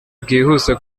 bwihuse